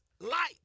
light